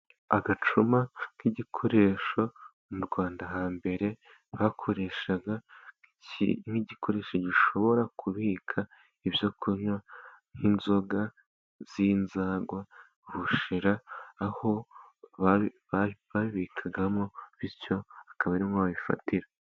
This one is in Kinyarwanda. Agacuma, nk'igikoresho mu Rwanda hambere bakoreshaga nk'igikoresho gishobora kubika ibyo kunywa, nk'inzoga z'inzagwa, ubushera aho babikagamo bityo akaba ari mwo babifatira.